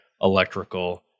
electrical